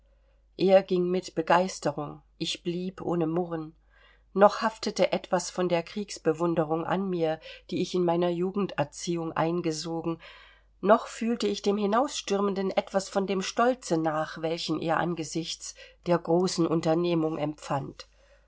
er ging mit begeisterung ich blieb ohne murren noch haftete etwas von der kriegsbewunderung an mir die ich in meiner jugenderziehung eingesogen noch fühlte ich dem hinausstürmenden etwas von dem stolze nach welchen er angesichts der großen unternehmung empfand